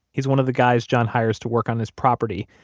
he's one of the guys john hires to work on his property,